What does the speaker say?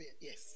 Yes